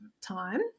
time